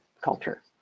culture